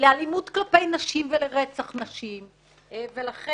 לאלימות כלפי נשים ולרצח נשים ולכן,